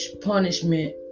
punishment